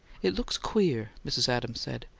it looks queer, mrs. adams said.